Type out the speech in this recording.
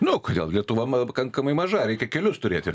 nu kodėl lietuva pakankamai maža reikia kelius turėti